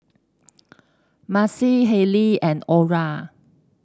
Maci Hailey and Orra